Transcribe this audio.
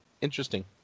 interesting